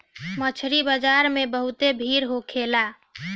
मछरी बाजार में बहुते भीड़ होखेला